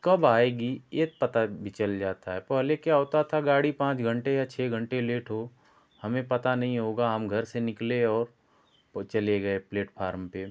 कब आएगी ये पता भी चल जाता है पहले क्या होता था गाड़ी पाँच घंटे या छः घंटे लेट हो हमें पता नहीं होगा हम घर से निकले और वो चले गए प्लेटफारम पर